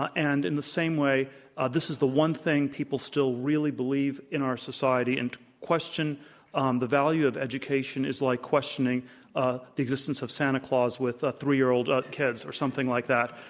ah and in the same way ah this is the one thing people still really believe in our society. and to question um the value of education is like questioning ah existence of santa claus with ah three-year-old ah kids or something like that.